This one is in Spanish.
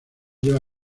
lleva